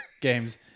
games